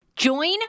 Join